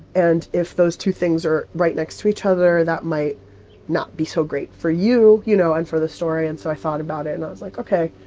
and if those two things are right next to each other, that might not be so great for you, you know, and for the story. and so i thought about it, and i was like, ok,